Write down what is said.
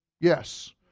Yes